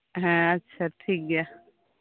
ᱦᱮᱸ ᱟᱪᱪᱷᱟ ᱴᱷᱤᱠ ᱜᱮᱭᱟ